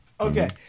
okay